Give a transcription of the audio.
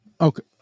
okay